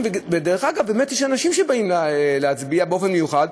באמת יש אנשים שבאים להצביע במיוחד,